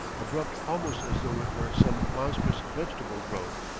abrupt almost as though it were some monstrous vegetable growth.